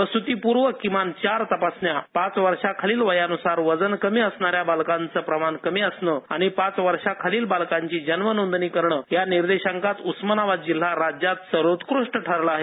प्रस्तीपूर्व किमान चार तपासण्या पाच वर्षांखालील वयाने वजन कमी असणाऱ्या बालकांचं प्रमाण कमी असणं आणि पाच वर्षांखालील बालकांची जन्मनोंदणी करणं या निर्देशांकात उस्मानाबाद जिल्हा राज्यात सर्वोत्कृष्ट ठरला आहे